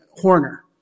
Horner